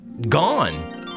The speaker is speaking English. gone